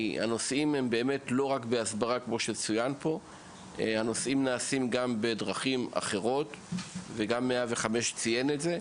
לא מדובר רק בהסברה אלא גם בדרכים אחרות וגם נציגי 105 ציינו זאת.